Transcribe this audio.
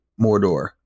Mordor